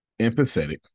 empathetic